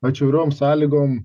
atšiauriom sąlygom